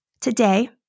today